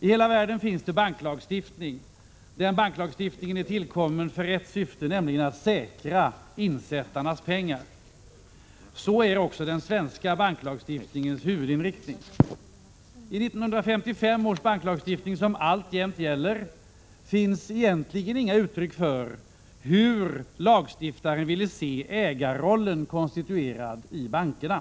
I hela världen finns det banklagstiftning. Denna är tillkommen för ett syfte, nämligen att säkra insättarnas pengar. Detta är också den svenska banklagstiftningens huvudinriktning. I 1955 års banklagstiftning, som alltjämt gäller, finns egentligen inga uttryck för hur lagstiftaren vill se ägarrollen konstituerad i bankerna.